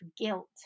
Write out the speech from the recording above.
guilt